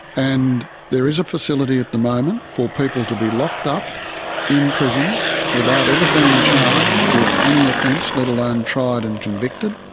and there is a facility at the moment for people to be locked up in prison without ever being charged with any offence, let alone tried and convicted,